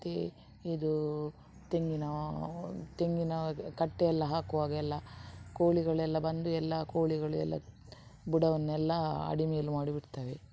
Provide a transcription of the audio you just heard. ಮತ್ತೇ ಇದು ತೆಂಗಿನ ತೆಂಗಿನ ಕಟ್ಟೆಯೆಲ್ಲ ಹಾಕುವಾಗೆಲ್ಲ ಕೋಳಿಗಳೆಲ್ಲ ಬಂದು ಎಲ್ಲ ಕೋಳಿಗಳು ಎಲ್ಲ ಬುಡವನ್ನೆಲ್ಲ ಅಡಿಮೇಲು ಮಾಡಿ ಬಿಡ್ತವೆ